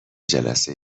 جلسه